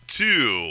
two